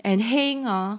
and heng hor